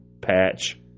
Patch